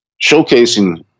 showcasing